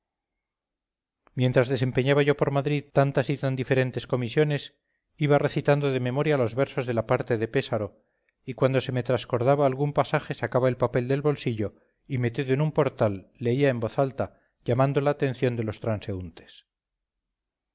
mientras desempeñaba yo por madrid tantas y tan diferentes comisiones iba recitando de memoria los versos de la parte de pésaro y cuando se me trascordaba algún pasaje sacaba el papel del bolsillo y metido en un portal leía en voz alta llamando la atención de los transeúntes